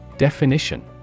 Definition